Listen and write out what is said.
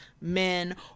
men